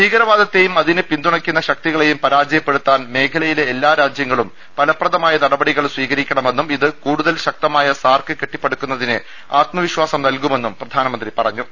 ഭീകരവാദത്തെയും അതിനെ പിന്തുണയ്ക്കുന്ന ശക്തികളെയും പരാജയപ്പെടുത്താൻ മേഖലയിലെ എല്ലാ രാജ്യങ്ങളും ഫ്ലപ്രദമായ നടപടികൾ സ്വീകരിക്കണമെന്നും ഇത് കൂടുതൽ ശക്തമായ സാർക്ക് കെട്ടിപ്പടുക്കുന്നതിന് ആത്മവിശ്വാസം നൽകുമെന്നും പ്രധാനമന്ത്രി പറഞ്ഞു